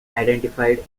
identified